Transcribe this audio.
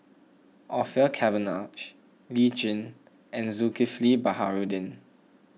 Orfeur Cavenagh Lee Tjin and Zulkifli Baharudin